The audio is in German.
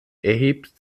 erhebt